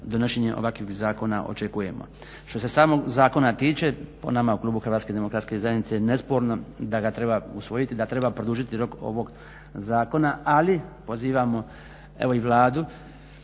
donošenje ovakvih zakona očekujemo. Što se samog zakona tiče, po nama u klubu HDZ-a, nesporno je da ga treba usvojiti, da treba produžiti rok ovog zakona ali pozivamo evo i Vladu